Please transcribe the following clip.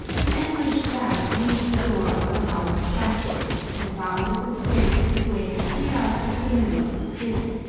the average jap leaves the door of a house backward, and bows and scrapes his way clear out into the middle of the street,